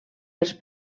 dels